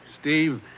Steve